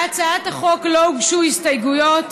להצעת החוק לא הוגשו הסתייגויות.